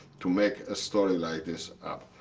to make a story like this up.